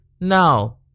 No